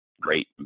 great